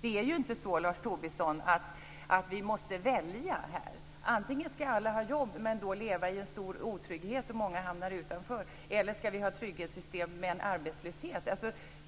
Det är ju inte så, Lars Tobisson, att vi måste välja: Antingen skall alla ha jobb, men då leva i en stor otrygghet där många hamnar utanför, eller också skall vi ha trygghetssystem men arbetslöshet.